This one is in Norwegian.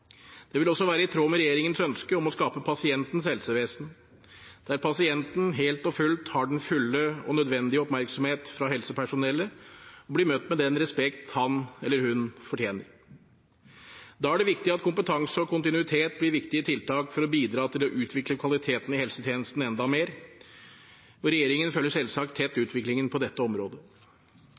Det vil også være i tråd med regjeringens ønske om å skape pasientens helsevesen, der pasienten helt og fullt har den nødvendige oppmerksomhet fra helsepersonellet, og blir møtt med den respekt han eller hun fortjener. Da er det viktig at kompetanse og kontinuitet blir viktige tiltak for å bidra til å utvikle kvaliteten i helsetjenesten enda mer. Regjeringen følger selvsagt utviklingen på dette området